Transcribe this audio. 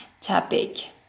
topic